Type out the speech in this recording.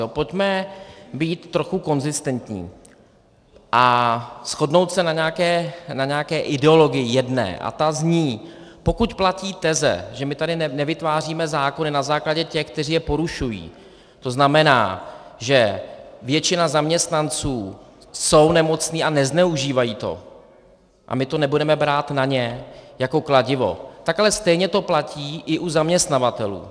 Pojďme být trochu konzistentní a shodnout se na nějaké jedné ideologii, a ta zní: pokud platí teze, že my tady nevytváříme zákony na základě těch, kteří je porušují, to znamená, že většina zaměstnanců jsou nemocní a nezneužívají to, a my to nebudeme brát na ně jako kladivo, tak ale stejně to platí i u zaměstnavatelů.